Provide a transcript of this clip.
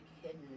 hidden